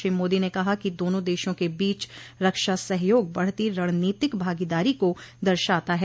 श्री मोदी ने कहा कि दोनों देशों के बीच रक्षा सहयोग बढ़ती रणनीतिक भागीदारी को दर्शाता है